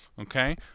Okay